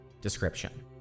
Description